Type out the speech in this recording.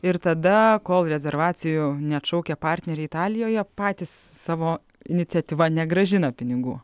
ir tada kol rezervacijų neatšaukia partneriai italijoje patys savo iniciatyva negrąžina pinigų